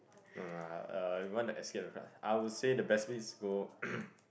no lah uh if want to escape the crowd I would say the best way is to go